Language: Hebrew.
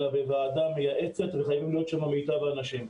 אלא בוועדה מייעצת וחייבים להיות שם מיטב האנשים.